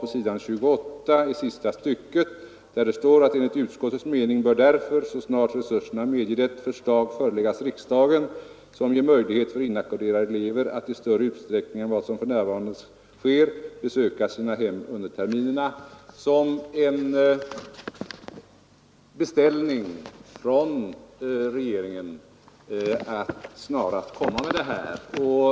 på s. 28 sista stycket: ”Enligt utskottets mening bör därför, så snart resurserna medger det, förslag föreläggas riksdagen som ger möjlighet för inackorderade elever att i större utsträckning än vad som för närvarande sker besöka sina hem under terminerna”, som en beställning till regeringen att snarast komma med en lösning i detta ärende.